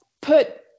put